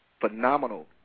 phenomenal